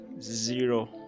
zero